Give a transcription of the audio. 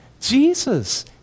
Jesus